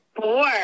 Four